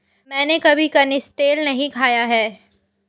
मैंने कभी कनिस्टेल नहीं खाया है